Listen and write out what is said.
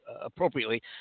appropriately